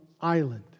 island